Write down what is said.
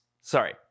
Sorry